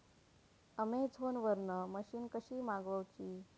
Amazon वरन machine कशी मागवची?